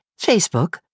Facebook